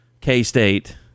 K-State